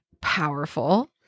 powerful